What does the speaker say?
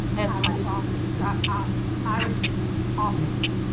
and i might softly yeah ah irish office.